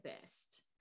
best